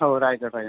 हो राहायचं पाहिजे